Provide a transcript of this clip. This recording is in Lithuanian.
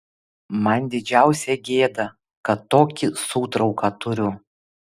man didžiausia gėda kad tokį sūtrauką turiu